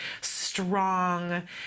strong